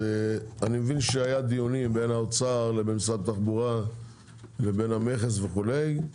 אני מבין שהיו דיונים בין האוצר לבין משרד התחבורה לבין למכס וכולי,